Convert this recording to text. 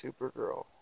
Supergirl